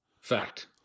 fact